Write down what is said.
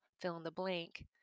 fill-in-the-blank